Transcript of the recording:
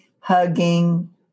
hugging